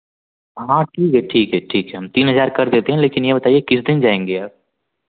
हाँ ठीक है ठीक है ठीक है हम तीन हज़ार कर देते हैं लेकिन यह किस दिन जाएँगी आप